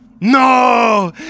no